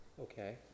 Okay